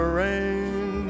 rain